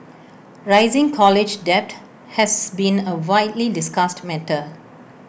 rising college debt has been A widely discussed matter